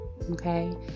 okay